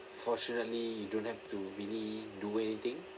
fortunately you don't have to really do anything